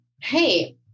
hey